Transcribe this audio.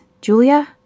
Julia